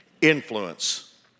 influence